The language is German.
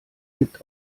gibt